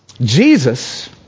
Jesus